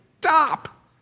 stop